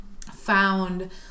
found